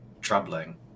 troubling